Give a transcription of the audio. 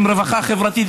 עם רווחה חברתית,